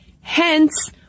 Hence